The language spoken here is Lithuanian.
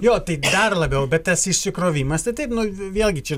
jo tai dar labiau bet tas išsikrovimas tai taip nu vėlgi čia